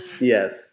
Yes